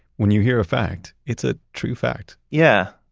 when you hear a fact, it's a true fact yeah.